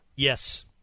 Yes